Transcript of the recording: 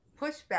pushback